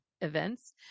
events